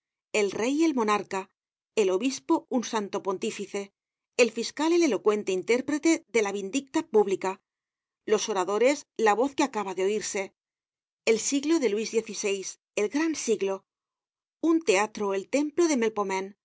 el rey el monarca el obispo un santo pontífice el fiscal el elocuente intérprete de la vindicta pública los oradores la voz que acaba de oirse el siglo de luis xyi el gran siglo un teatro el templo de